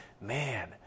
man